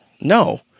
no